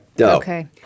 Okay